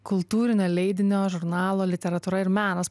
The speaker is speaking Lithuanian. kultūrinio leidinio žurnalo literatūra ir menas